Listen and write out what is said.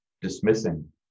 dismissing